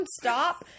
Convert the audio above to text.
stop